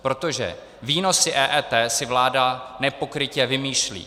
Protože výnosy EET si vláda nepokrytě vymýšlí.